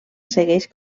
segueix